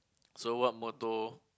so what motto